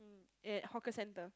at hawker center